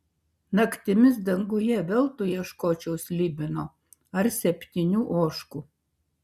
naktimis danguje veltui ieškočiau slibino ar septynių ožkų